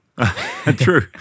True